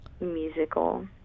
musical